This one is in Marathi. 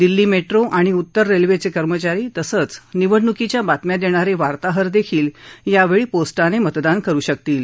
दिल्ली मेट्रो आणि उत्तर रल्वेचे कर्मचारी तसंच निवडणुकीच्या बातम्या देणारे वार्ताहरदेखील यावेळी पोस्टाने मतदान करु शकतील